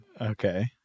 okay